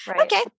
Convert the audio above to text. okay